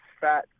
fat